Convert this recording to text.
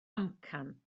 amcan